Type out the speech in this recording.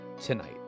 tonight